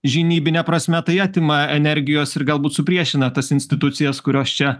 žinybine prasme tai atima energijos ir galbūt supriešina tas institucijas kurios čia